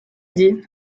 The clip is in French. dit